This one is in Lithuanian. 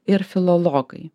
ir filologai